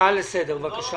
הצעה לסדר, בבקשה.